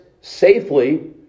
safely